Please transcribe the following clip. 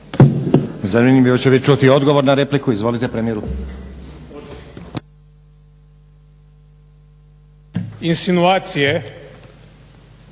Zanimljivo će bit čuti odgovor na repliku. Izvolite premijeru. **Milanović,